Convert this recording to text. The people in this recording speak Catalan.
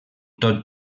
tot